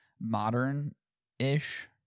modern-ish